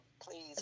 Please